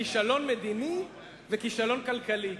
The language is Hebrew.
כישלון מדיני וכישלון כלכלי.